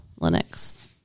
Linux